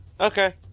Okay